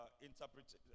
interpret